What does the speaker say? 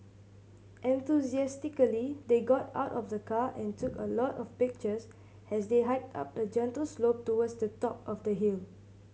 enthusiastically they got out of the car and took a lot of pictures as they hiked up a gentle slope towards the top of the hill